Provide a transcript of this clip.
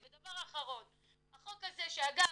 דבר אחרון, החוק הזה שאגב,